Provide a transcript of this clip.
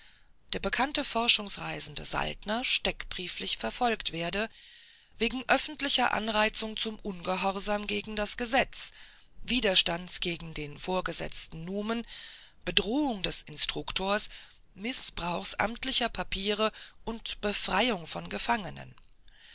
der bekannte forschungsreisende saltner steckbrieflich verfolgt werde wegen öffentlicher anreizung zum ungehorsam gegen die gesetze widerstands gegen den vorgesetzten numen bedrohung des instruktors mißbrauchs amtlicher papiere und befreiung von gefangenen